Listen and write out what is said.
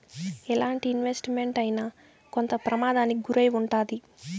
ఎలాంటి investment అయినా కొంత ప్రమాదానికి గురై ఉంటాది